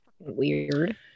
weird